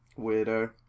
Weirdo